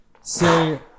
say